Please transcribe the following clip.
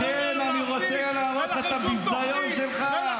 לכן אני רוצה להראות את הביזיון שלך.